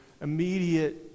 immediate